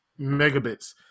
megabits